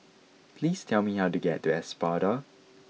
please tell me how to get to Espada